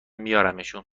میارمشون